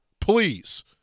Please